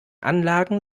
anlagen